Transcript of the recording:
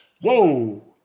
Whoa